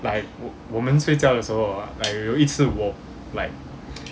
like 我们睡觉的时候 hor like 有一次我 like